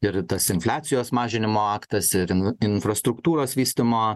ir tas infliacijos mažinimo aktas ir infrastruktūros vystymo